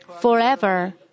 forever